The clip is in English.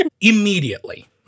Immediately